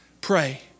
Pray